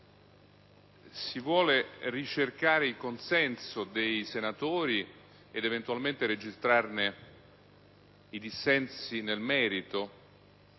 Si vuole ricercare il consenso dei senatori ed eventualmente registrarne i dissensi nel merito?